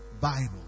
Bible